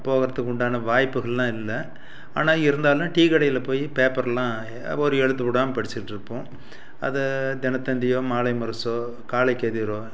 போகிறதுக்கு உண்டான வாய்ப்புகள்லாம் இல்லை ஆனால் இருந்தாலும் டீ கடையில் போய் பேப்பர்லாம் ஒரு எழுத்து விடாம படிச்சுட்டு இருப்போம் அது தினத்தந்தியோ மாலைமுரசோ காலைக்கதிரோ